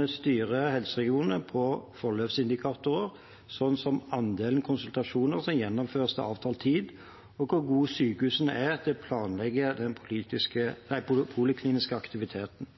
Vi styrer helseregionene på forløpsindikatorer, slik som andelen konsultasjoner som gjennomføres til avtalt tid, og hvor gode sykehusene er til å planlegge den polikliniske aktiviteten.